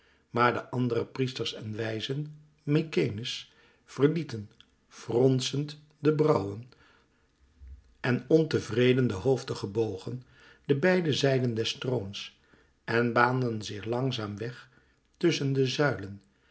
maar de andere priesters en wijzen mykenæ's verlieten fronsend de brauwen en ontevreden de hoofden gebogen de beide zijden des troons en baanden zich langzaam weg tusschen de zuilen